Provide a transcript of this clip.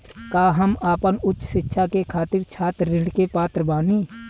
का हम आपन उच्च शिक्षा के खातिर छात्र ऋण के पात्र बानी?